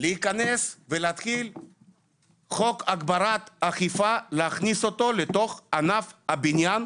להכניס את חוק הגברת האכיפה לתוך ענף הבניין,